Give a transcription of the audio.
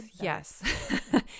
yes